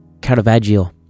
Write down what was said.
Caravaggio